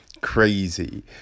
crazy